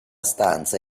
stanza